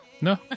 No